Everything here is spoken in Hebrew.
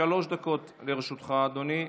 שלוש דקות לרשותך, אדוני.